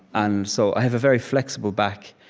and so i have a very flexible back.